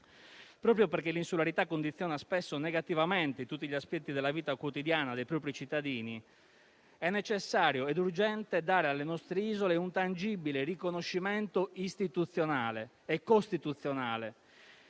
Proprio perché l'insularità condiziona spesso negativamente tutti gli aspetti della vita quotidiana dei propri cittadini, è necessario e urgente dare alle nostre isole un tangibile riconoscimento istituzionale e costituzionale.